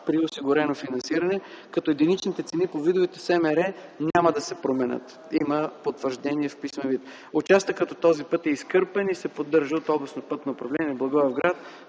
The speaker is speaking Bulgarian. при осигурено финансиране, като единичните цени по видовете СМР няма да се променят. Има потвърждение в писмен вид. Участъкът от този път е изкърпен и се поддържа от Областно пътно управление Благоевград.